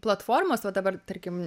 platformos va dabar tarkim